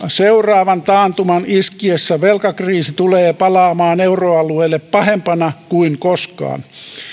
seuraavan taantuman iskiessä velkakriisi tulee palaamaan euroalueelle pahempana kuin koskaan